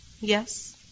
Yes